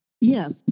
Yes